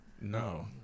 No